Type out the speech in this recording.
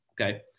Okay